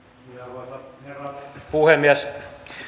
arvoisa herra puhemies